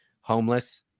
homeless